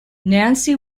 nancy